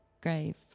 grave